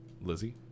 Lizzie